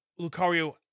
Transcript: Lucario